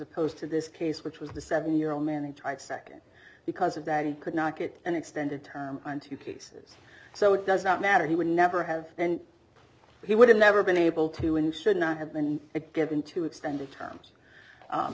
opposed to this case which was the seven year old man who tried second because of that he could not get an extended term and two cases so it does not matter he would never have and he would have never been able to in should not have been given to extend the terms